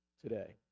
today